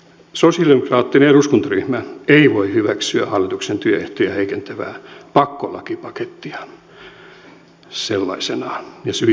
sosialidemokraattinen eduskuntaryhmä ei voi hyväksyä hallituksen työehtoja heikentävää pakkolakipakettia sellaisenaan ja syitä on monia